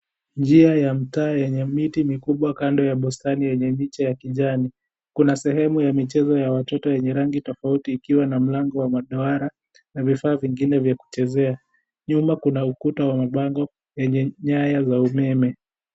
Njia ya mtaa yenye miti mikubwa kando ya bustani yenye micha ya kijani, kuna sehemu ya michezo ya watoto yenye rangi tofauti ikiwa na mlango wa maduara na vifaa vingine vya kuchezea, nyuma kuna ukuta wa mabango yenye nyaya za umeme.